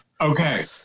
Okay